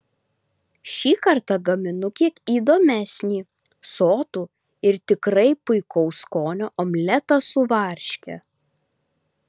šį kartą gaminu kiek įdomesnį sotų ir tikrai puikaus skonio omletą su varške